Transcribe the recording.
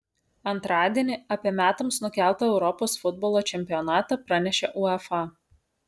antradienį apie metams nukeltą europos futbolo čempionatą pranešė uefa